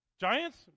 Giants